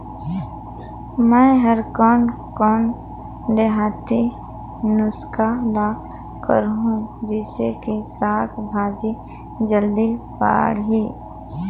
मै हर कोन कोन देहाती नुस्खा ल करहूं? जिसे कि साक भाजी जल्दी बाड़ही?